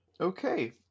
Okay